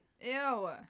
Ew